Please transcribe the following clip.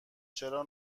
چرا